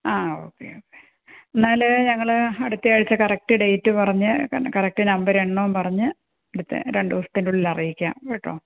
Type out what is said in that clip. ആ okay okay എന്നാൽ ഞങ്ങൾ അടുത്തയാഴ്ച കറക്റ്റ് ഡേറ്റ് പറഞ്ഞ് ക കറക്റ്റ് നമ്പർ എണ്ണവും പറഞ്ഞ് അടുത്ത രണ്ട് ദിവസത്തിൻ്റെ ഉള്ളിൽ അറിയിക്കാം കേട്ടോ